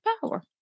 power